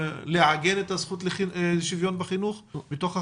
לעגן את הזכות לשוויון בחינוך בתוך החקיקה?